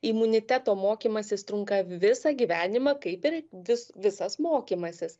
imuniteto mokymasis trunka visą gyvenimą kaip ir vis visas mokymasis